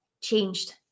changed